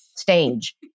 stage